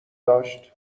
داشت